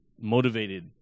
motivated